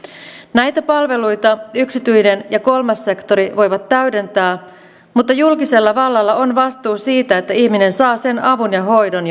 näitä palveluita yksityinen ja kolmas sektori voivat täydentää mutta julkisella vallalla on vastuu siitä että ihminen saa sen avun ja hoidon